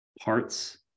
parts